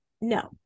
no